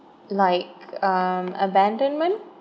like um abandonment